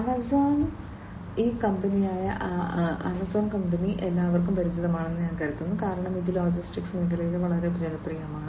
Amazon ഈ കമ്പനിയായ Amazon എല്ലാവർക്കും പരിചിതമാണെന്ന് ഞാൻ കരുതുന്നു കാരണം ഇത് ലോജിസ്റ്റിക് മേഖലയിൽ വളരെ ജനപ്രിയമാണ്